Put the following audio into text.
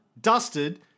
dusted